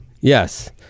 yes